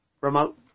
remote